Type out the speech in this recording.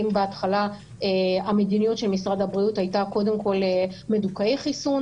אם בהתחלה המדיניות של משרד הבריאות הייתה קודם כל מדוכאי חיסון,